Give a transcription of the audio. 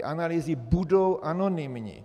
Analýzy budou anonymní.